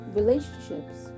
relationships